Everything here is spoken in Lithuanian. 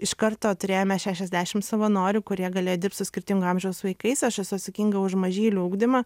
iš karto turėjome šešiasdešim savanorių kurie galėjo dirbt su skirtingo amžiaus vaikais aš esu atsakinga už mažylių ugdymą